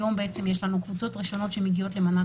היום יש לנו קבוצות ראשונות שמגיעות למנת